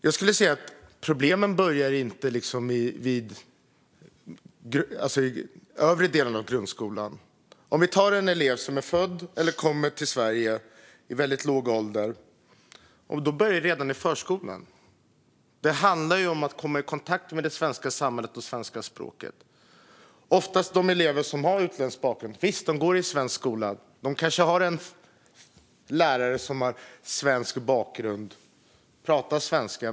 Jag skulle säga att problemen inte börjar i den övre delen av grundskolan. Vi kan ta en elev som är född i Sverige eller kommer till Sverige i väldigt låg ålder. Det börjar redan i förskolan. För de elever som har utländsk bakgrund handlar det om att komma i kontakt med det svenska samhället och det svenska språket. Visst - de går i svensk skola och kanske har en lärare som har svensk bakgrund och pratar svenska.